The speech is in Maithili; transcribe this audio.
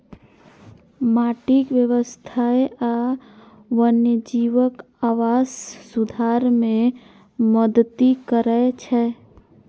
माटिक स्वास्थ्य आ वन्यजीवक आवास सुधार मे मदति करै छै